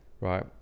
right